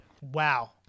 Wow